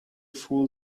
fool